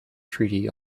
treatise